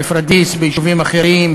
בפוריידיס וביישובים אחרים,